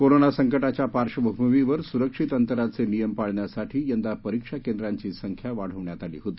corona संकटाच्या पार्श्वभूमीवर सुरक्षित अंतराचे नियम पाळण्यासाठी यंदा परीक्षा केंद्रांची संख्या वाढवण्यात आली होती